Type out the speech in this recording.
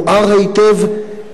מואר היטב.